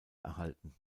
erhalten